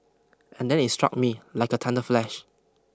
and then it struck me like a thunder flash